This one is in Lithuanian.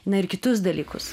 na ir kitus dalykus